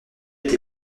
été